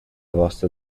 vostra